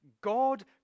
God